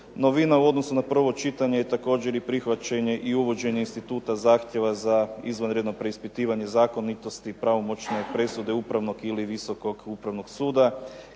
Novina u odnosu na prvo čitanje je također i prihvaćenje i uvođenje instituta zahtjeva za izvanredno preispitivanje zakonitosti pravomoćne presude Upravnog ili Visokog upravnog suda